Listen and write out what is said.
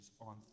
On